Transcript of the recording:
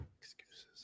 Excuses